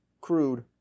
Crude